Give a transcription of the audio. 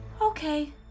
Okay